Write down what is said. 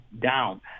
down